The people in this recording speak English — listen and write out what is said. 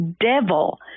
devil